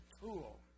tool